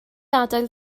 adael